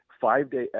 five-day